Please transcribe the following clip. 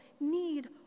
need